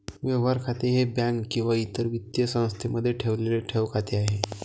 व्यवहार खाते हे बँक किंवा इतर वित्तीय संस्थेमध्ये ठेवलेले ठेव खाते आहे